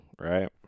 right